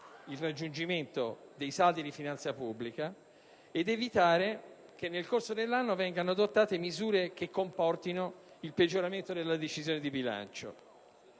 il raggiungimento dei saldi di finanza pubblica e di evitare che, nel corso dell'anno, vengano adottate misure che comportino il peggioramento della decisione di bilancio.